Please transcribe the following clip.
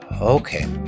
okay